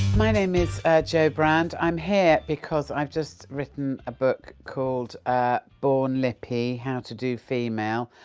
my name is jo brand. i'm here because i've just written a book called born lippy how to do female.